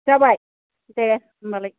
जाबाय दे होम्बालाय